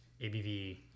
ABV